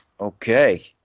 Okay